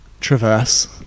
traverse